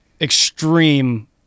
extreme